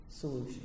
solution